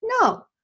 No